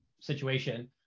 situation